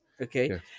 Okay